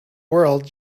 world